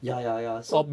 ya ya ya so